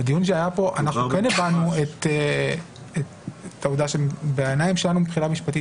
הבנו את העובדה שבעיניים שלנו מבחינה משפטית